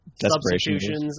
substitutions